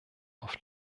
oft